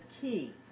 key